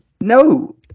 No